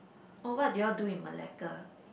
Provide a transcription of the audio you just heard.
oh what do you all do in Malacca